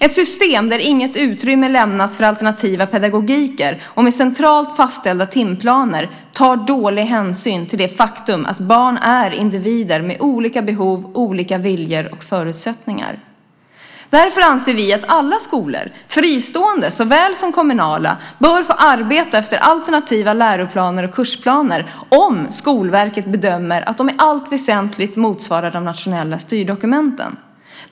Ett system där inget utrymme lämnas för alternativa pedagogiker och med centralt fastställda timplaner tar dålig hänsyn till det faktum att barn är individer med olika behov, olika viljor och olika förutsättningar. Därför anser vi att alla skolor, fristående såväl som kommunala, bör få arbeta efter alternativa läroplaner och kursplaner, om Skolverket bedömer att de i allt väsentligt motsvarar de nationella styrdokumenten.